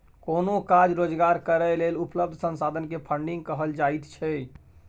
कोनो काज रोजगार करै लेल उपलब्ध संसाधन के फन्डिंग कहल जाइत छइ